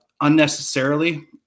unnecessarily